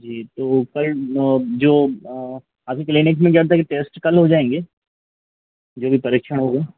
जी तो पर जो अभी क्लिनिक में क्या होता है कि टेस्ट कल हो जाएँगे जो भी परिक्षण होगा